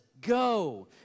go